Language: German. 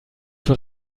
für